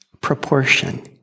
proportion